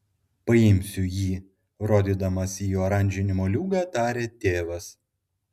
paimsiu jį rodydamas į oranžinį moliūgą tarė tėvas